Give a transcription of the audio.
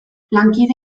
lankide